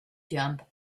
jump